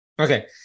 Okay